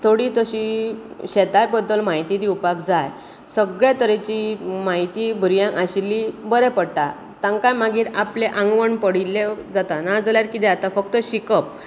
थोडी तशी शेता बद्दल म्हायती दिवपाक जाय सगळे तरेची म्हायती भुरग्यांक आशिल्ली बरें पडटा तांकां मागीर आपलें आंगवण पडिल्लें जाता नाजाल्यार कितें जाता फक्त शिकप